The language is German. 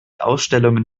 ausstellungen